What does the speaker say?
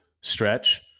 stretch